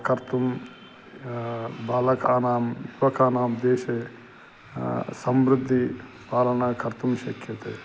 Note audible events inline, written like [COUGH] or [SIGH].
कर्तुं बालकानां [UNINTELLIGIBLE] देशे समृद्धिपालनं कर्तुं शक्यते